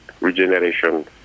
regeneration